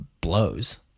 blows